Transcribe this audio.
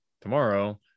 tomorrow